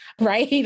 right